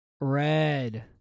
Red